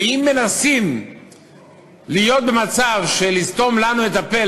ואם מנסים להיות במצב של לסתום לנו את הפה,